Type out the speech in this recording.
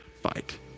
fight